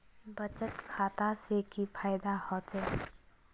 बचत खाता से की फायदा होचे?